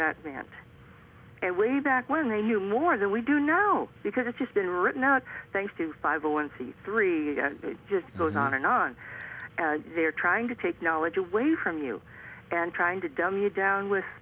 that meant and way back when they knew more than we do now because it's just been written out thanks to five zero one c three just goes on and on they're trying to take knowledge away from you and trying to dumb you down with